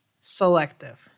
selective